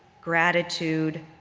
gratitude,